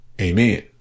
amen